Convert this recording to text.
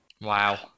Wow